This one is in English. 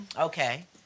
Okay